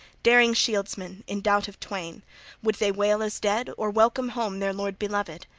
daring shieldsmen, in doubt of twain would they wail as dead, or welcome home, their lord beloved?